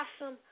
awesome